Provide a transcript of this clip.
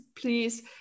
please